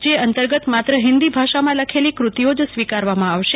જે અંતર્ગત માત્ર હિન્દી ભાષામાં લખેલી કૃતિઓજ સ્વીકારાશે